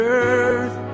earth